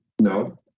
No